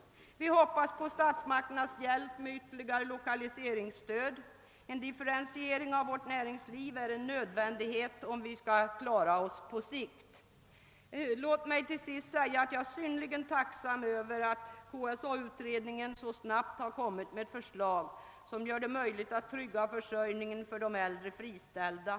Vi hoppas på statsmakternas hjälp med ytterligare lokaliseringsstöd. En differentiering av vårt näringsliv är en nödvändighet om vi skall kunna klara oss på sikt. Låt mig till sist säga att jag är synnerligen tacksam över att KSA-utredningen så snabbt kommit med ett förslag som gör det möjligt att trygga försörjningen för de äldre friställda.